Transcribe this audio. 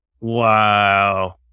Wow